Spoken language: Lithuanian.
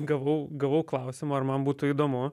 gavau gavau klausimą ar man būtų įdomu